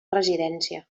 residència